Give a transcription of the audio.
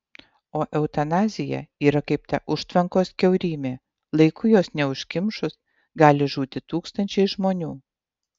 o eutanazija yra kaip ta užtvankos kiaurymė laiku jos neužkimšus gali žūti tūkstančiai žmonių